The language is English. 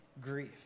grief